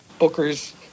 bookers